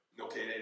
Okay